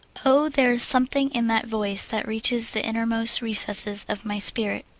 oh, there is something in that voice that reaches the innermost recesses of my spirit!